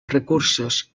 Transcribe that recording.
recursos